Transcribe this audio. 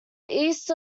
east